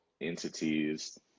entities